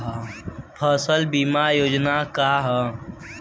फसल बीमा योजना का ह?